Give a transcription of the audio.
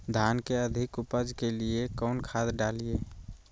धान के अधिक उपज के लिए कौन खाद डालिय?